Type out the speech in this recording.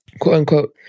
quote-unquote